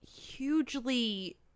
hugely